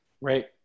right